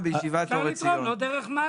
אפשר לתרום לא דרך מד"א.